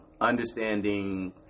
understanding